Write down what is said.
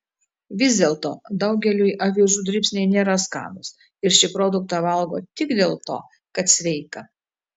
vis dėlto daugeliui avižų dribsniai nėra skanūs ir šį produktą valgo tik dėl to kad sveika